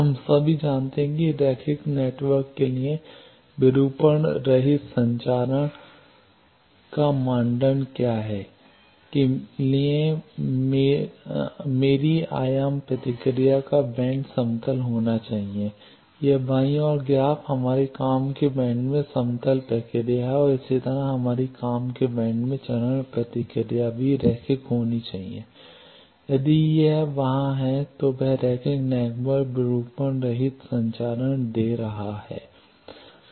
हम सभी जानते हैं कि रैखिक नेटवर्क के लिए विरूपण रहित संचरण का मानदंड क्या है कि लिए मेरी आयाम प्रतिक्रिया का बैंड समतल होना चाहिए यह बाईं ओर ग्राफ हमारे काम के बैंड में समतल प्रक्रिया है इसी तरह हमारी काम के बैंड में चरण प्रतिक्रिया भी रैखिक होना चाहिए यदि यह वहाँ है तो वह रैखिक नेटवर्क विरूपण रहित संचरण दे रहा है